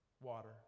Water